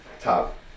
top